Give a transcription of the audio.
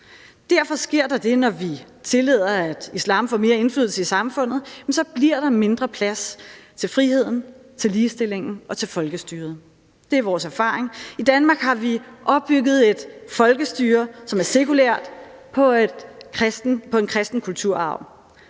Derfor sker der det, når vi tillader, at islam får mere indflydelse i samfundet, at der bliver mindre plads til friheden, til ligestillingen og til folkestyret. Det er vores erfaring. I Danmark har vi opbygget et folkestyre, som er sekulært, på en kristen kulturarv.